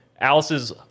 Alice's